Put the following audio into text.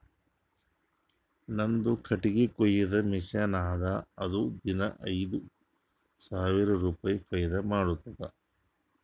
ನಂದು ಕಟ್ಟಗಿ ಕೊಯ್ಯದ್ ಮಷಿನ್ ಅದಾ ಅದು ದಿನಾ ಐಯ್ದ ಸಾವಿರ ರುಪಾಯಿ ಫೈದಾ ಮಾಡ್ತುದ್